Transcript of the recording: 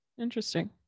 interesting